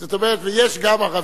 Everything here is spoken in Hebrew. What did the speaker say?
ויש גם ערבים,